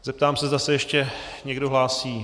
Zeptám se, zda se ještě někdo hlásí.